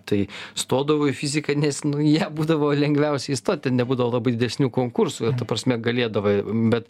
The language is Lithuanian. tai stodavo į fiziką nes nu į ją būdavo lengviausia įstot ten nebūdavo labai didesnių konkursų ir ta prasme galėdavai bet